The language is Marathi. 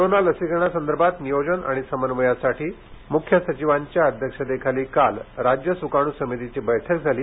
कोरोना लसीकरणासंदर्भात नियोजन आणि समन्वयासाठी मुख्य सचिवांच्या अध्यक्षतेखाली काल राज्य सुकाणू समितीची बैठक झाली